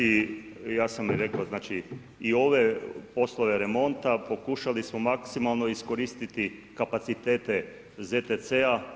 Ja sam i rekao, znači i ove poslove remonta pokušali smo maksimalno iskoristiti kapacitete ZTC-a.